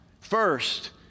first